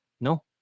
No